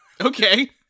Okay